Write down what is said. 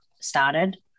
started